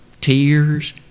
Tears